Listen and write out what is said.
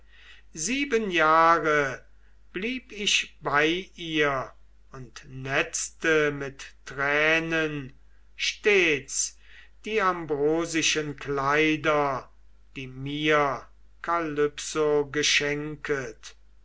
sieben jahre blieb ich bei ihr und netzte mit tränen stets die ambrosischen kleider die mir kalypso geschenket